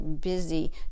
busy